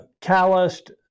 calloused